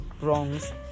Wrong's